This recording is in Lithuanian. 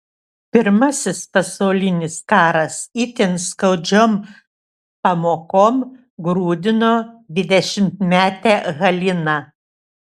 pirmasis pasaulinis karas itin skaudžiom pamokom grūdino dvidešimtmetę haliną